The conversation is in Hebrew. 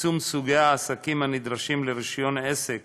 צמצום סוגי העסקים הנדרשים לרישיון עסק